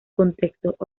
contextos